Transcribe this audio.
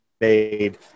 made